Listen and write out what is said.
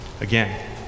again